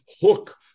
hook